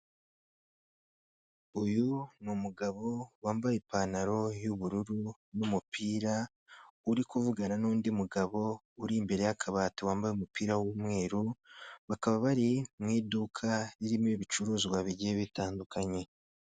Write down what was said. Uyu ni umugabo wambaye ipantaro y'ubururu n'umupira, uri kuvugana n'undi mugabo uri imbere y'akabati wambaye umupira w'umweru, bakaba bari mu iduka ririmo ibicuruzwa bigiye bitandukanye.